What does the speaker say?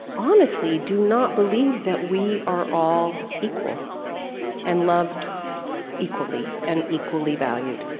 honestly do not believe that we are all equal and loved equally and equally valued.